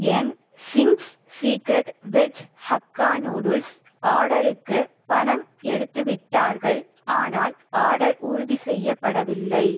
என் Ching's secret veg hakka noodles ஆர்டருக்கு பணம் எடுத்துவிட்டார்கள் ஆனால் ஆர்டர் உறுதி செய்யப்படவில்லை